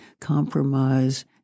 compromise